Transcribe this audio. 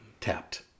Tapped